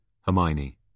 Hermione